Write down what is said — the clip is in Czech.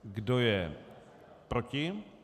Kdo je proti?